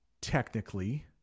technically